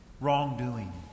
wrongdoing